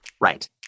right